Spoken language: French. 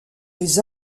les